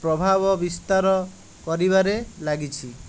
ପ୍ରଭାବ ବିସ୍ତାର କରିବାରେ ଲାଗିଛି